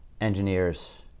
engineers